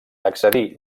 accedir